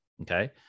okay